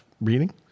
reading